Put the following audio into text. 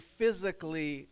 physically